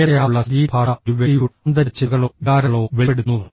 സ്വമേധയാ ഉള്ള ശരീരഭാഷ ഒരു വ്യക്തിയുടെ ആന്തരിക ചിന്തകളോ വികാരങ്ങളോ വെളിപ്പെടുത്തുന്നു